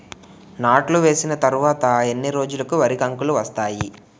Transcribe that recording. నాట్లు వేసిన తర్వాత ఎన్ని రోజులకు వరి కంకులు వస్తాయి?